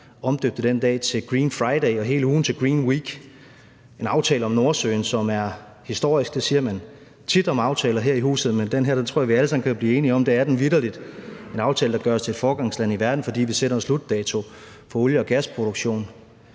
omdøbte dagen til green friday og hele ugen til green week. Der er en aftale om Nordsøen, som er historisk. Det siger man tit om aftaler her i huset, men den her tror jeg at vi alle sammen kan blive enige om vitterlig er historisk. Det er en aftale, der gør os til et foregangsland i verden, fordi vi sætter en slutdato for olie- og gasproduktion.